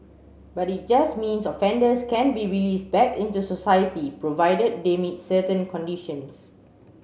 but it just means offenders can be released back into society provided they meet certain conditions